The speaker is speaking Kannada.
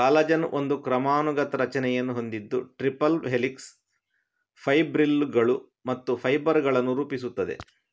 ಕಾಲಜನ್ ಒಂದು ಕ್ರಮಾನುಗತ ರಚನೆಯನ್ನು ಹೊಂದಿದ್ದು ಟ್ರಿಪಲ್ ಹೆಲಿಕ್ಸ್, ಫೈಬ್ರಿಲ್ಲುಗಳು ಮತ್ತು ಫೈಬರ್ ಗಳನ್ನು ರೂಪಿಸುತ್ತದೆ